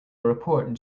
report